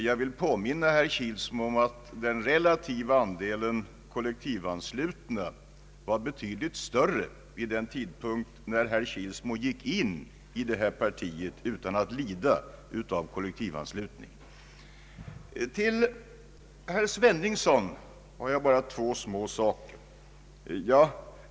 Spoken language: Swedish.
Jag vill påminna herr Kilsmo om att den relativa andelen kollektivanslutna var betydligt större vid den tidpunkt när herr Kilsmo gick in i detta parti utan att då lida av kollektivanslutningen. Till herr Sveningsson har jag bara två små saker att säga.